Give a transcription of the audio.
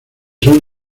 son